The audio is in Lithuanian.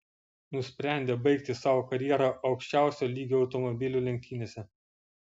nusprendė baigti savo karjerą aukščiausio lygio automobilių lenktynėse